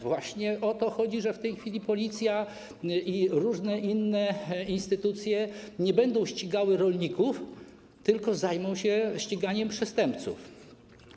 Właśnie o to chodzi, że teraz policja i różne inne instytucje nie będą ścigały rolników, tylko zajmą się ściganiem przestępców.